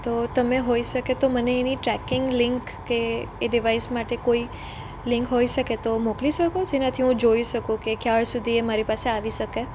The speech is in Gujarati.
તો તમે હોઈ શકે તો મને એની ટ્રેકિંગ લિન્ક કે એ ડિવાઇસ માટે કોઈ લિન્ક હોઈ શકે તો મોકલી શકો જેનાથી હું જોઈ શકું કે ક્યાર સુધી એ મારી પાસે આવી શકે